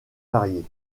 variées